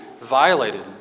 violated